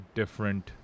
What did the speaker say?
different